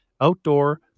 outdoor